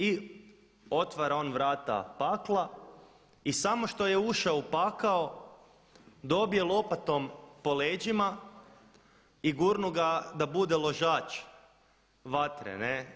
I otvara on vrata pakla i samo što je ušao u pakao dobije lopatom po leđima i gurnu ga da bude ložač vatre, ne.